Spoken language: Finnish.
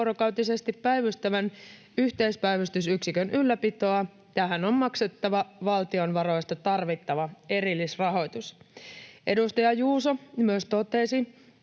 ympärivuorokautisesti päivystävän yhteispäivystysyksikön ylläpitoa, tähän on maksettava valtion varoista tarvittava erillisrahoitus." Edustaja Juuso myös totesi,